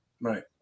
Right